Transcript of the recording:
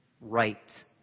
right